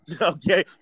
Okay